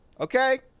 Okay